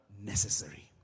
Necessary